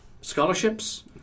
scholarships